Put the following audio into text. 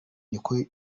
niko